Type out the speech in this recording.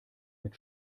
mit